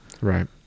right